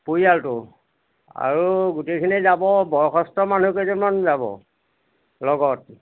পৰিয়ালটো আৰু গোটেইখিনি যাব বয়সস্থ মানুহ কেইজনমান যাব লগত